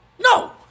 No